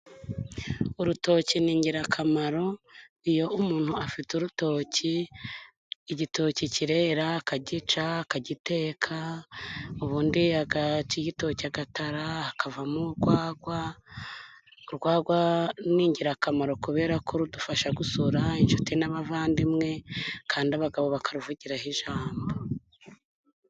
Urutoki ni ingirakamaro, iyo umuntu afite urutoki, igitoki kirera akagica, akagiteka, ubundi agaca igitoki agatara, hakavamo urwagwa, urwagwa ni ingirakamaro kubera ko rudufasha gusura inshuti n'abavandimwe kandi abagabo bakaruvugiraho ijambo.